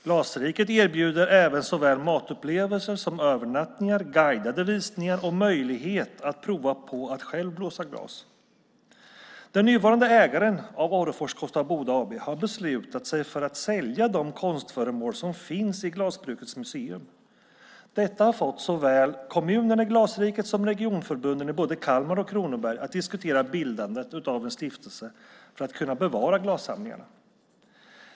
Glasriket erbjuder även såväl matupplevelser som övernattningar, guidade visningar och möjlighet att prova på att själv blåsa glas. Den nuvarande ägaren av Orrefors Kosta Boda AB har beslutat sig för att sälja de konstföremål som finns i glasbrukets museum. Detta har fått såväl kommunerna i Glasriket som regionförbunden i både Kalmar och Kronoberg att diskutera bildandet av en stiftelse för att kunna bevara glassamlingarna.